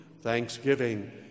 thanksgiving